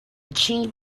chief